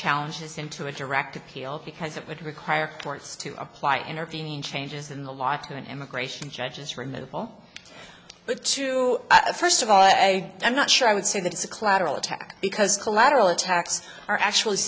challenges into a direct appeal because it would require courts to apply intervening changes in the law to an immigration judges removal but to first of all i say i'm not sure i would say that it's a collateral attack because collateral attacks are actual